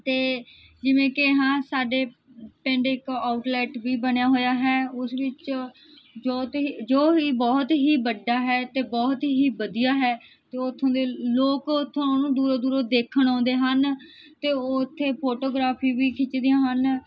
ਅਤੇ ਜਿਵੇਂ ਕਿ ਹਾਂ ਸਾਡੇ ਪਿੰਡ ਇੱਕ ਆਉਟਲੈਟ ਵੀ ਬਣਿਆ ਹੋਇਆ ਹੈ ਉਸ ਵਿੱਚ ਜੋ ਤੁਹੀ ਜੋ ਵੀ ਬਹੁਤ ਹੀ ਵੱਡਾ ਹੈ ਅਤੇ ਬਹੁਤ ਹੀ ਵਧੀਆ ਹੈ ਅਤੇ ਉੱਥੋਂ ਦੇ ਲੋਕ ਉੱਥੋਂ ਦੂਰੋਂ ਦੂਰੋਂ ਦੇਖਣ ਆਉਂਦੇ ਹਨ ਅਤੇ ਉਹ ਉੱਥੇ ਫੋਟੋਗ੍ਰਾਫੀ ਵੀ ਖਿੱਚਦੇ ਹਨ